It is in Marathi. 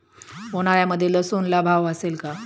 उन्हाळ्यामध्ये लसूणला भाव असेल का?